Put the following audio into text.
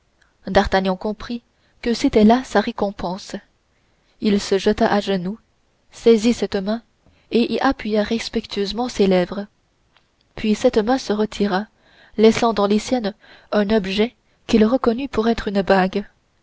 d'artagnan comprit que c'était sa récompense il se jeta à genoux saisit cette main et appuya respectueusement ses lèvres puis cette main se retira laissant dans les siennes un objet qu'il reconnut pour être une bague